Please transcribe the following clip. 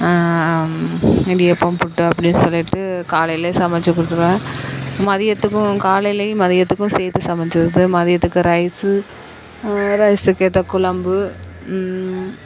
இடியாப்பம் புட்டு அப்படின்னு சொல்லிட்டு காலையில் சமைச்சிக் கொடுத்துருவேன் மதியத்துக்கும் காலையிலேயும் மதியத்துக்கும் சேர்த்து சமைச்சிட்றது மதியத்துக்கு ரைஸு ரைஸுக்கு ஏற்ற குழம்பு